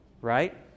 right